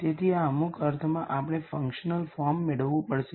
તેથી અમુક અર્થમાં આપણે ફંકશનલ ફોર્મ મેળવવું પડશે